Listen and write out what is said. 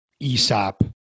ESOP